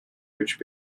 rich